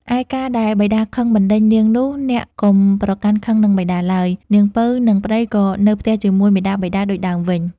ឯការណ៍ដែលបិតាខឹងបណ្ដេញនាងនោះ អ្នកកុំប្រកាន់ខឹងនឹងបិតាឡើយ នាងពៅនិងប្ដីក៏នៅផ្ទះជាមួយមាតាបិតាដូចដើមវិញ។